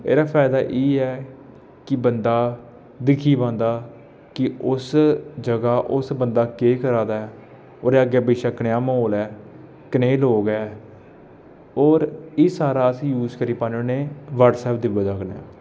एह्दा फायदा एह् ऐ कि बंदा दिक्खी पांदा कि उस जगह् उस बंदा केह् करा दा ऐ ओह्दे अग्गें पिच्छें कनेहा म्हौल ऐ कनेह् लोग ऐ और एह् सारा असें ई उस करी पान्ने होन्ने व्हाट्सऐप दी बजह कन्नै